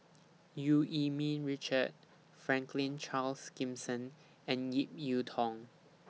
EU Yee Ming Richard Franklin Charles Gimson and Ip Yiu Tung